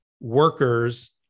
workers